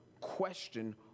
question